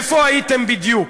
איפה הייתם בדיוק?